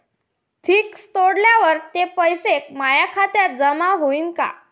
Fix तोडल्यावर ते पैसे माया खात्यात जमा होईनं का?